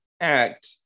act